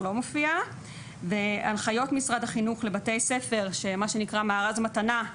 לא מופיע והנחיות משרד החינוך לבתי ספר שמה שנקרא "מארז מתנה"